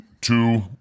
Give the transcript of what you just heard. two